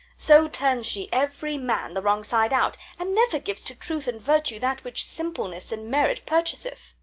so turns she every man the wrong side out, and never gives to truth and virtue that which simpleness and merit purchaseth.